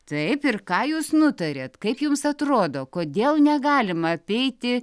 taip ir ką jūs nutarėt kaip jums atrodo kodėl negalima apeiti